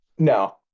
No